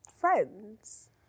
friends